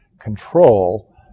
control